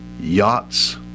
yachts